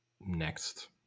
next